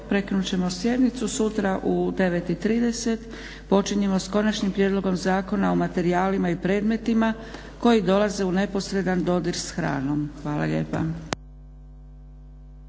prekinut ćemo sjednicu. Sutra u 9:30 počinjemo s Konačnim prijedlogom zakona o materijalima i predmetima koji dolaze u neposredan dodir s hranom. Hvala lijepa.